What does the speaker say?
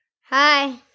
Hi